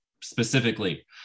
specifically